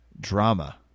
drama